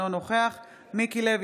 אינו נוכח מיקי לוי,